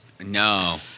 no